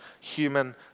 human